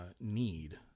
need